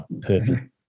perfect